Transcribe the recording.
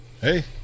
Hey